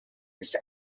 ist